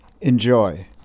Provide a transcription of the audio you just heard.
Enjoy